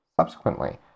subsequently